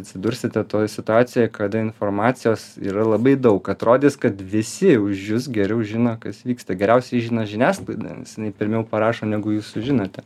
atsidursite toj situacijoj kada informacijos yra labai daug atrodys kad visi už jus geriau žino kas vyksta geriausiai žino žiniasklaida jinai pirmiau parašo negu jūs sužinote